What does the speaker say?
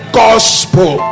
gospel